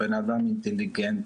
בנאדם אינטליגנט,